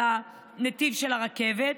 על הנתיב של הרכבת,